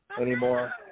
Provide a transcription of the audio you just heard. anymore